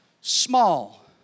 small